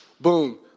boom